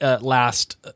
last